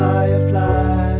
Firefly